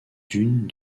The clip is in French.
dunes